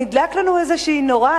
נדלקה לנו איזו נורה,